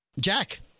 Jack